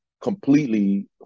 completely